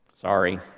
Sorry